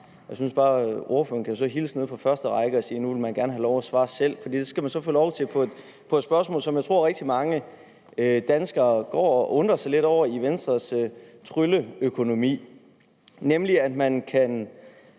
Jeg synes bare, at ordføreren skal hilse dem nede på første række og sige, at nu vil man gerne have lov til at svare selv. Det skal man så få lov til på et spørgsmål, som jeg tror rigtig mange danskere går og undrer sig lidt over i forbindelse med Venstres trylleøkonomi. Der kan man